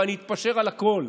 ואני אתפשר על הכול,